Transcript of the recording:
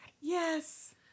Yes